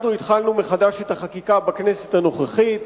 אנחנו התחלנו מחדש את החקיקה בכנסת הנוכחית.